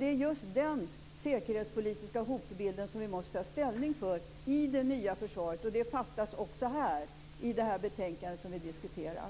Det är just den säkerhetspolitiska hotbilden som vi måste ta ställning för i det nya försvaret. Och det fattas också i det här betänkandet som vi diskuterar.